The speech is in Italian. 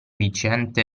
viciente